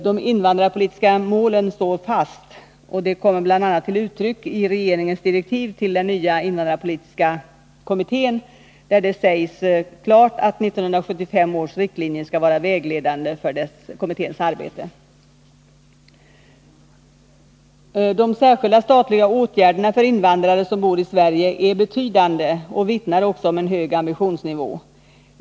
De invandrarpolitiska målen står fast, och detta kommer bl.a. till uttryck i regeringens direktiv till den nya invandrarpolitiska kommittén. Där sägs det klart att 1975 års riktlinjer skall vara vägledande för kommitténs arbete. De särskilda statliga åtgärderna för invandrare som bor i Sverige är betydande och vittnar också om en hög ambitionsnivå.